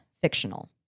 fictional